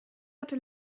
hatte